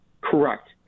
Correct